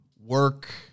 work